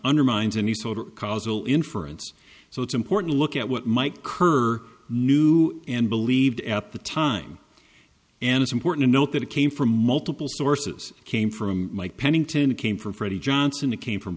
undermines any sort of causal inference so it's important to look at what might courier new and believed at the time and it's important to note that it came from multiple sources came from mike pennington came from freddy johnson it came from